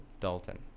Dalton